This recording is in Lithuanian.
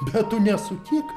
bet tu nesutik